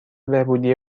بهبودی